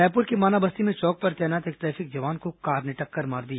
रायपुर की माना बस्ती में चौक पर तैनात एक ट्रैफिक जवान को कार ने टक्कर मार दी